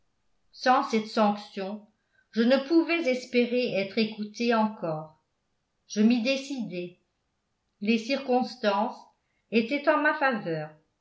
sans cette sanction je ne pouvais espérer être écouté encore je m'y décidai les circonstances étaient en ma faveur